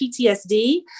PTSD